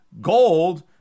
gold